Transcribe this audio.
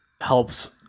helps